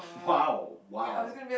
!wow! !wow!